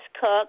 Cook